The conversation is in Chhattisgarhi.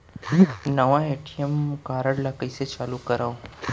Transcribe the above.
नवा ए.टी.एम कारड ल कइसे चालू करव?